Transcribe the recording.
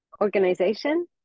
organization